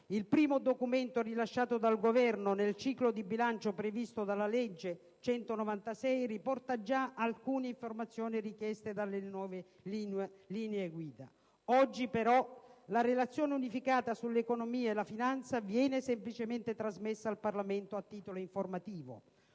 il primo documento rilasciato dal Governo nel ciclo di bilancio previsto dalla legge n. 196 del 2009, riporta già alcune informazioni richieste dalle nuove linee guida. Oggi, però, la Relazione unificata sull'economia e la finanza viene semplicemente trasmessa al Parlamento a titolo informativo,